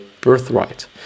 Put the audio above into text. birthright